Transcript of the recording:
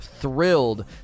thrilled